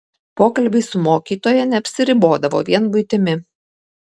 pokalbiai su mokytoja neapsiribodavo vien buitimi